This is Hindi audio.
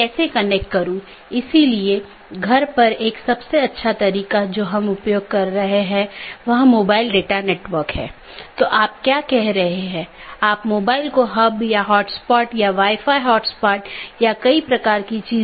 जैसे अगर मै कहूं कि पैकेट न 1 को ऑटॉनमस सिस्टम 6 8 9 10 या 6 8 9 12 और उसके बाद गंतव्य स्थान पर पहुँचना चाहिए तो यह ऑटॉनमस सिस्टम का एक क्रमिक सेट है